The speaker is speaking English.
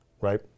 right